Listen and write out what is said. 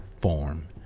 form